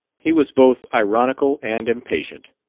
he was both ironical and impatient.